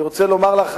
אני רוצה לומר לך,